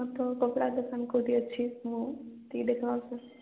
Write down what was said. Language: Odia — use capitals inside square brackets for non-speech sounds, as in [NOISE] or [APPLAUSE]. [UNINTELLIGIBLE] କପଡ଼ା ଦୋକାନ୍ କେଉଁଠି ଅଛି ମୁଁ ଟିକେ [UNINTELLIGIBLE]